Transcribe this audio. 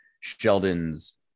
Sheldon's